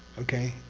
okay?